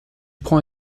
prend